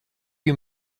you